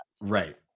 Right